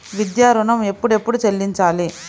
విద్యా ఋణం ఎప్పుడెప్పుడు చెల్లించాలి?